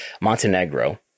Montenegro